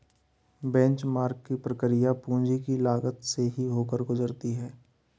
benchmark की प्रक्रिया पूंजी की लागत से ही होकर गुजरती है